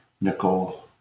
nickel